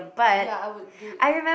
ya I would do it